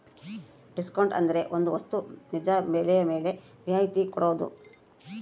discount ಅಂದ್ರೆ ಒಂದ್ ವಸ್ತು ನಿಜ ಬೆಲೆ ಮೇಲೆ ರಿಯಾಯತಿ ಕೊಡೋದು